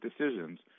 decisions